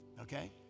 Okay